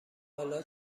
حالا